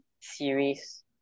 series